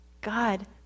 God